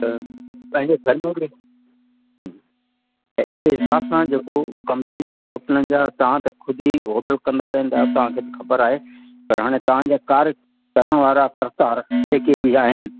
त पंहिंजे धर्म में हम्म त अहिड़े हिसाब सां जेको कमु थींदा आहिनि होटलनि जा तव्हां त ख़ुदि ई ऑडर कंदा रहंदा आहियो तव्हांखे त ख़बर आहे पर हाणे तव्हांजा कार करण वारा करतार जेके बि आहिनि